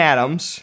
Adams